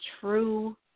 true